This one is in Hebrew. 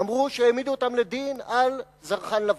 אמרו שהעמידו אותם לדין על זרחן לבן.